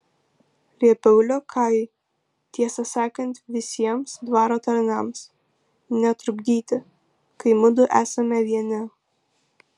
liepiau liokajui tiesą sakant visiems dvaro tarnams netrukdyti kai mudu esame vieni